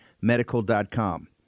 medical.com